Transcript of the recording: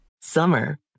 Summer